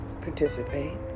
participate